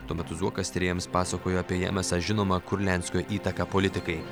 tuo metu zuokas tyrėjams pasakojo apie jam esą žinomą kurlianskio įtaką politikai